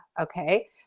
okay